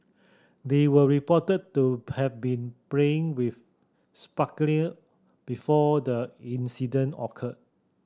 they were reported to have been playing with sparkler before the incident occurred